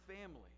family